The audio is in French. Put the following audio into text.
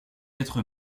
être